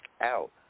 out